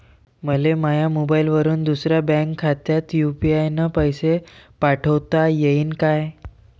मले माह्या मोबाईलवरून दुसऱ्या बँक खात्यात यू.पी.आय न पैसे पाठोता येईन काय?